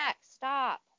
Stop